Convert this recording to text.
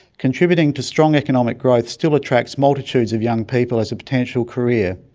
contributing to strong economic growth still attracts multitudes of young people as a potential career,